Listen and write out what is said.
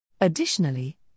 Additionally